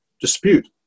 dispute